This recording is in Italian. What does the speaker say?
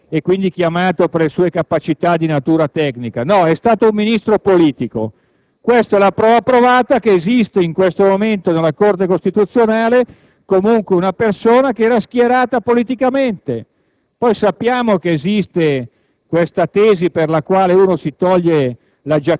dunque, non è stato un Ministro soltanto tecnico e quindi chiamato per le sue capacità di natura tecnica; no, è stato un Ministro politico. Questa è la prova provata che in questo momento esiste nella Corte costituzionale una persona che era schierata politicamente.